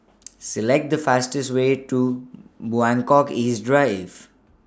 Select The fastest Way to Buangkok East Drive